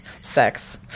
Sex